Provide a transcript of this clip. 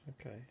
Okay